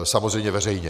Samozřejmě veřejně.